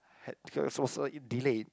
had uh it was uh it delayed